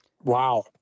Wow